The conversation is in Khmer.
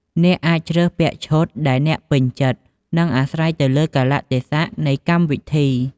អ្នកអាចជ្រើសពាក់ឈុតដែលអ្នកពេញចិត្ត និងអាស្រ័យទៅលើកាលៈទេសៈនៃកម្មវិធី។